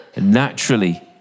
naturally